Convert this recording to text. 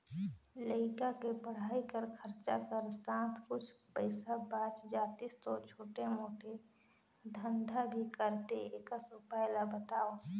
लइका के पढ़ाई कर खरचा कर साथ कुछ पईसा बाच जातिस तो छोटे मोटे धंधा भी करते एकस उपाय ला बताव?